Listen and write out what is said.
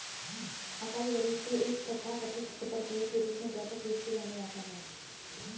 acai berries को एक तथाकथित सुपरफूड के रूप में व्यापक रूप से जाना जाता है